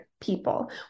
people